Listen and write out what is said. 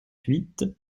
huit